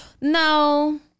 No